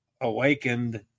awakened